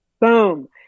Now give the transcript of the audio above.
boom